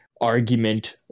argument